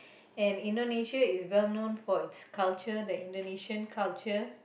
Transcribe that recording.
and Indonesia is well known for its culture the Indonesian culture